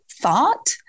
thought